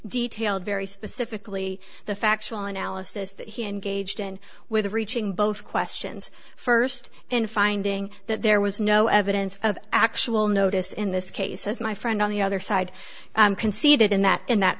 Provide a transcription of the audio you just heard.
detailed very specifically the factual analysis that he engaged in with the reaching both questions first and finding that there was no evidence of actual notice in this case as my friend on the other side conceded in that in that